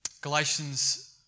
Galatians